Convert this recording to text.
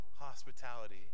hospitality